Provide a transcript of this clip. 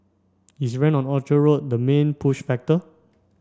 is rent on Orchard Road the main push factor